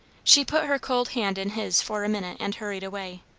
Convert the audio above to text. she put her cold hand in his for a minute and hurried away.